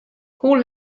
hoe